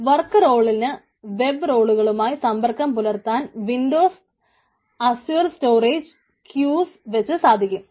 work റോളിന് web റോളുകളുമായി സംമ്പർക്കം പുലർത്താൻ വിൻഡോസ് അസ്യുർ സ്റ്റോറേജ് ക്യൂസ് വച്ച് സാധിക്കും